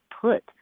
put